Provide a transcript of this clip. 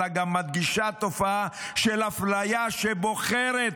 אלא גם מדגישה תופעה של אפליה שבוחרת